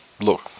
look